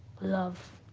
love.